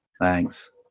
Thanks